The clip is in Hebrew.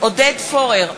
עודד פורר,